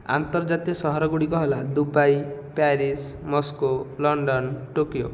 ଆନ୍ତର୍ଜାତିକ ସହର ଗୁଡ଼ିକ ହେଲା Dubai Paris Moscow London Tokyo